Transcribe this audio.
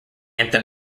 anthem